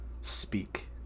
speak